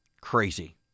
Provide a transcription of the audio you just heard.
Crazy